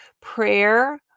prayer